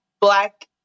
Black